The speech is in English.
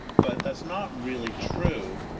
but that's not really true,